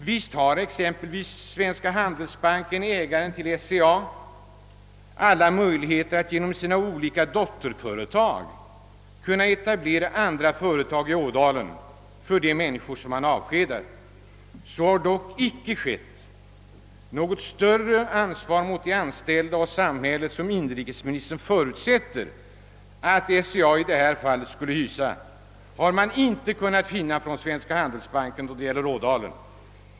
Visst har exempelvis Svenska handelsbanken, ägaren till SCA, alla möjligheter att genom sina olika dotterföretag etablera andra företag i Ådalen för de människor man avskedat. Så har dock inte skett. Något större ansvar mot de anställda och samhället — något som inrikesministern förutsätter att SCA skulle känna — har man inte kunnat finna hos Handelsbanken då det gäller Ådalen.